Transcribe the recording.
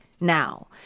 now